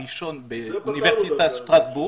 סיים במקום הראשון באוניברסיטת שטרסבורג,